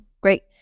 Great